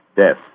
Death